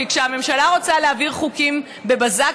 כי כשהממשלה רוצה להעביר חוקי בזק,